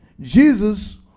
Jesus